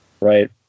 Right